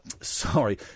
sorry